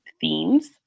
themes